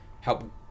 help